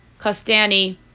Costani